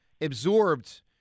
absorbed